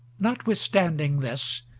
notwithstanding this,